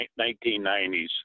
1990s